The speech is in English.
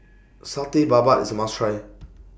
Satay Babat IS A must Try